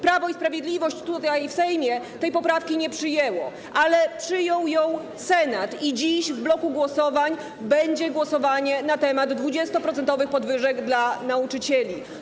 Prawo i Sprawiedliwość tutaj, w Sejmie, tej poprawki nie przyjęło, ale przyjął ją Senat i dziś w bloku głosowań będzie głosowanie na temat 20-procentowych podwyżek dla nauczycieli.